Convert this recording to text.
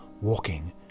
walking